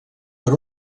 per